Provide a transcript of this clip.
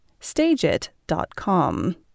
Stageit.com